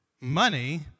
money